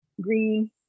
green